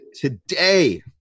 today